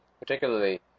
particularly